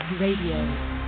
Radio